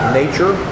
nature